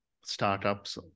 startups